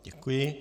Děkuji.